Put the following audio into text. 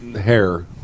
hair